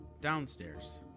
downstairs